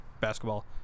basketball